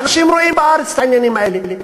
אנשים רואים בארץ את העניינים האלה.